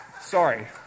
Sorry